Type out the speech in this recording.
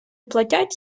платять